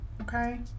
okay